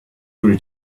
grew